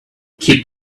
keep